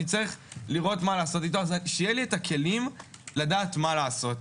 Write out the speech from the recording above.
צריך לראות מה לעשות איתו שיהיו לי הכלים לדעת מה לעשות.